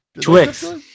Twix